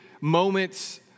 moments